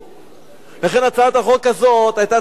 לכן, הצעת החוק הזאת היתה צריכה להיות משולבת,